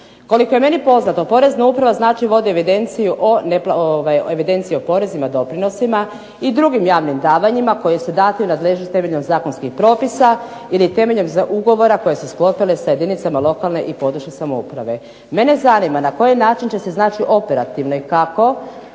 Koliko je meni poznato porezna uprava znači vodi evidenciju o porezima, doprinosima i drugim javnim davanjima, koji su dati u nadležnost temeljem zakonskih propisa, ili temeljem ugovora koje su sklopile sa jedinicama lokalne i područne samouprave. Mene zanima na koji način će se znači operativno i kako